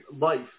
life